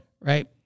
Right